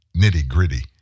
nitty-gritty